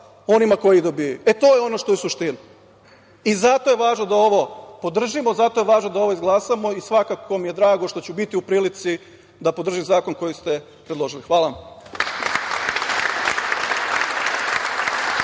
onima koji dobijaju. To je ono što je suština. Zato je važno da ovo podržimo, zato je važno da ovo izglasamo i svakako mi je drago što ću biti u prilici da podržim zakon koji ste predložili. Hvala.